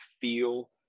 feel